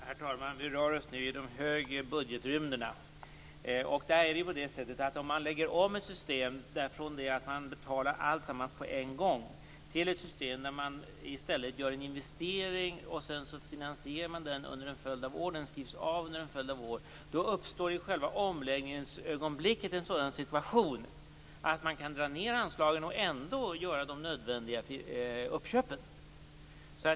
Herr talman! Vi rör oss nu i de högre budgetrymderna. Om man lägger om från ett system där man betalar alltsammans på en gång till ett system där man i stället gör en investering och sedan finansierar den och gör avskrivningar under en följd av år uppstår i själva omläggningsögonblicket en sådan situation att man kan dra ned anslagen och ändå göra de nödvändiga uppköpen.